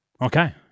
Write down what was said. Okay